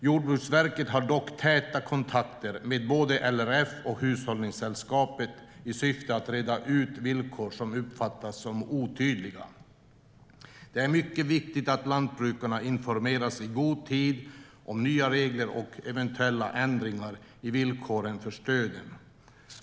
Jordbruksverket har dock täta kontakter med både LRF och Hushållningssällskapet i syfte att reda ut villkor som uppfattas som otydliga. Det är mycket viktigt att lantbrukarna informeras i god tid om nya regler och eventuella ändringar i villkoren för stöden.